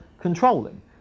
controlling